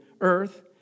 earth